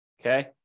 Okay